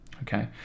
Okay